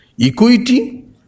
equity